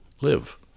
live